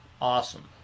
awesome